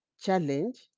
challenge